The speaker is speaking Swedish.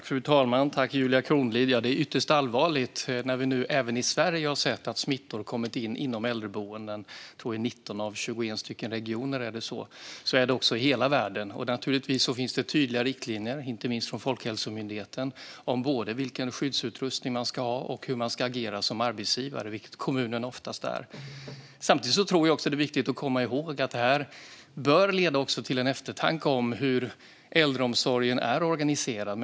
Fru talman! Tack, Julia Kronlid! Ja, det är ytterst allvarligt att smittor även i Sverige har kommit in på äldreboenden. Jag tror att det har skett i 19 av 21 regioner. Så här ser det ut i hela världen. Naturligtvis finns tydliga riktlinjer från inte minst Folkhälsomyndigheten om vilken skyddsutrustning man ska ha och hur man ska agera som arbetsgivare, vilket kommunerna oftast är. Samtidigt är det viktigt att komma ihåg att detta bör leda till en eftertanke om hur äldreomsorgen är organiserad.